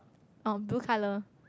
oh blue colour